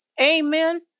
Amen